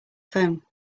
phone